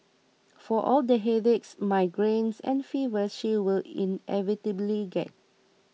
for all the headaches migraines and fevers she will inevitably get